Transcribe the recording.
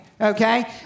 okay